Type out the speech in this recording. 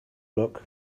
look